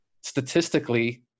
statistically